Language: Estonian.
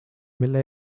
mille